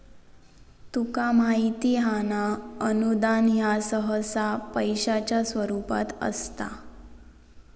तुका माहित हां ना, अनुदान ह्या सहसा पैशाच्या स्वरूपात असता